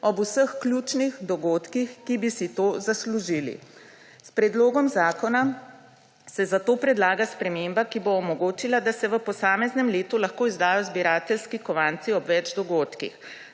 ob vseh ključnih dogodkih, ki bi si to zaslužili. S predlogom zakona se zato predlaga sprememba, ki bo omogočila, da se v posameznem letu lahko izdajo zbirateljski kovanci ob več dogodkih.